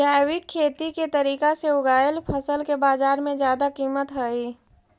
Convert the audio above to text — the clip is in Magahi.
जैविक खेती के तरीका से उगाएल फसल के बाजार में जादा कीमत हई